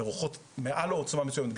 רוחות מעל עוצמה מסוימת,